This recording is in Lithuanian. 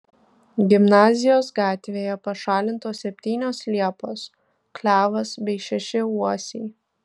gimnazijos gatvėje pašalintos septynios liepos klevas bei šeši uosiai